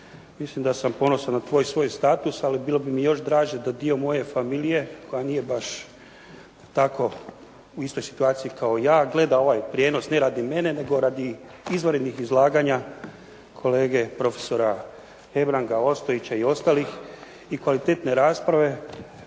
Mislim da sam ponosan na taj svoj status, ali bilo bi mi još draže da dio moje familije koja nije baš u istoj situaciji kao ja gleda ovaj prijenos, ne radi mene nego radi izvanrednih izlaganja kolege profesora Hebranga, Ostojića i ostalih i kvalitetne rasprave